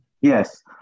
yes